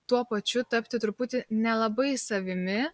tuo pačiu tapti truputį nelabai savimi